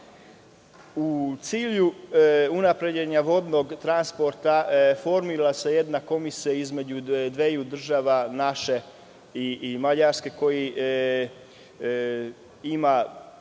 cilju unapređenja vodnog transporta formira se jedna komisija između dveju država, između naše i Mađarske, koja ima